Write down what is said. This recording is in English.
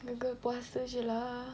girl girl puasa jer lah